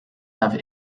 have